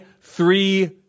three